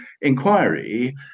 inquiry